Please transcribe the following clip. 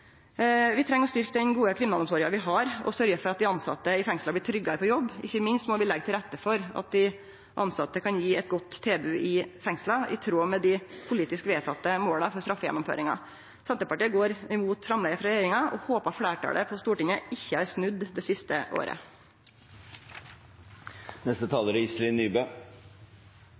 Vi treng å styrkje den gode kriminalomsorga vi har, og sørgje for at dei tilsette i fengsla blir tryggare på jobb. Ikkje minst må vi leggje til rette for at dei tilsette kan gje eit godt tilbod i fengsla i tråd med dei politisk vedtekne måla for straffegjennomføringa. Senterpartiet går imot framlegget frå regjeringa og håpar fleirtalet på Stortinget ikkje har snudd det siste